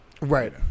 Right